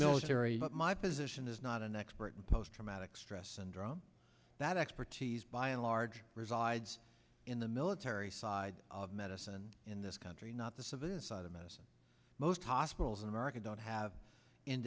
military but my position is not an expert in post traumatic stress syndrome that expertise by and large resides in the military side of medicine in this country not the civilian side of medicine most hospitals in america don't have in